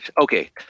Okay